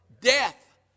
Death